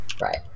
Right